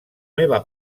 meva